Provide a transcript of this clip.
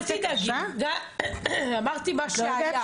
אל תדאגי, אמרתי מה שהיה.